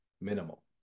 minimal